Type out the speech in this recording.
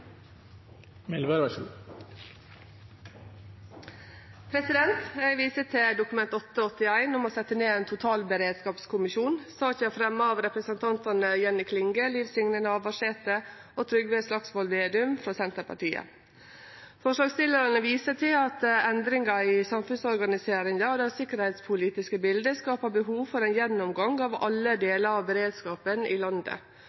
anses vedtatt. Eg viser til Dokument 8:81 S for 2017–2018 om å setje ned ein totalberedskapskommisjon. Saka er fremja av representantane Jenny Klinge, Liv Signe Navarsete og Trygve Slagsvold Vedum frå Senterpartiet. Forslagsstillarane viser til at endringa i samfunnsorganiseringa og det sikkerheitspolitiske bildet skapar behov for ein gjennomgang av alle delar av beredskapen i landet.